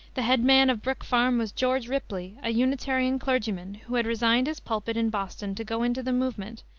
the head man of brook farm was george ripley, a unitarian clergyman, who had resigned his pulpit in boston to go into the movement,